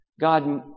God